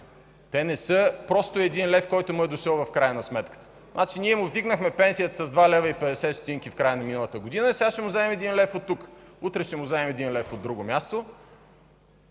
Те не са просто един лев, който му е дошъл в края на сметката. Ние му вдигнахме пенсията с два лева и петдесет стотинки в края на миналата година, а сега ще му вземем един лев оттук, утре ще му вземем един лев от друго място.